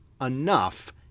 enough